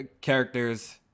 characters